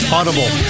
Audible